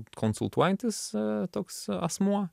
konsultuojantis toks asmuo